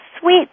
sweet